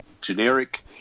generic